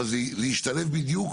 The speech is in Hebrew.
אבל זה ישתלב בדיוק.